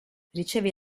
riceve